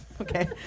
Okay